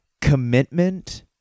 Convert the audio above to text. commitment